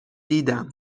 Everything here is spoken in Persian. دیدم